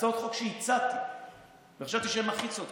הצעות חוק שהצעתי וחשבתי שהן הכי צודקות.